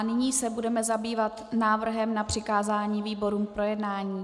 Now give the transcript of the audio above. Nyní se budeme zabývat návrhem na přikázání výborům k projednání.